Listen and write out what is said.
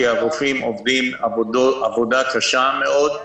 כי הרופאים עובדים עבודה קשה מאוד,